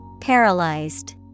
paralyzed